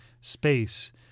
space